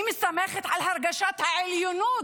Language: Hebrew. את מתחילה לדבר, מפריעה,